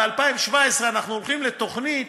ב-2017 אנחנו הולכים לתוכנית,